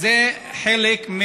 וזה חלק,